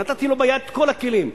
נתתי לו ביד את כל הכלים.